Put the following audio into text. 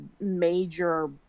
major